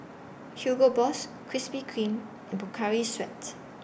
Hugo Boss Krispy Kreme and Pocari Sweat